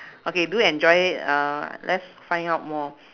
okay do enjoy it uh let's find out more